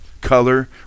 color